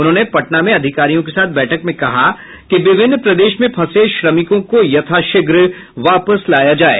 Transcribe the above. उन्होंने पटना में अधिकारियों के साथ बैठक में कहा कि विभिन्न प्रदेश में फंसे श्रमिकों को यथाशीघ्र वापस लाया जाये